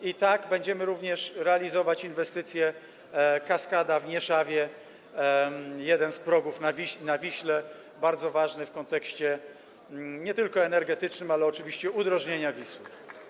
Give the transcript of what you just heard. I tak będziemy również realizować inwestycję: kaskada w Nieszawie, jeden z progów na Wiśle, bardzo ważny w kontekście nie tylko energetycznym, ale oczywiście udrożnienia Wisły.